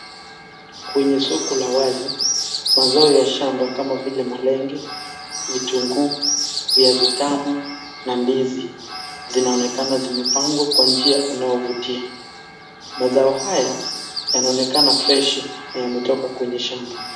Kwenye soko la wazi mazao ya shamba kama vile malenge, vitunguu, viazi tamu na ndizi zinaonekana zimepangwa kwa njia unaovutia. Mazao haya yanaona freshi na yametoka kwenye shamba.